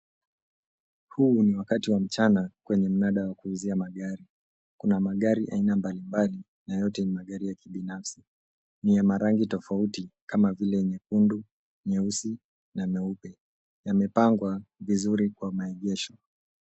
Huu ni wakati wa mchana kwenye mnada wa kuuzia magari, kuna magari aina mbalimbali na yote ni magari ya kibinafsi, ni ya marangi tofauti kama vile nyekundu, nyeusi na nyeupe yamepangwa vizuri kwa maegesho.